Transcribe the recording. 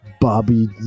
Bobby